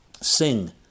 sing